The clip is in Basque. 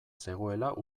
zegoela